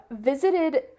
visited